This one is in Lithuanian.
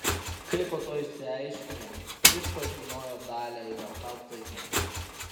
kaip po to išsiaiškinau jis pažinojo dalią ibelhauptaitę